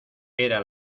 era